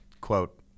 quote